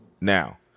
Now